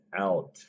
out